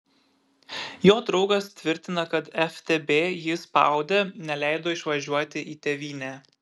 jo draugas tvirtina kad ftb jį spaudė neleido išvažiuoti į tėvynę